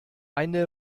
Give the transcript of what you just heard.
eine